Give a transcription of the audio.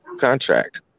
contract